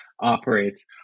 Operates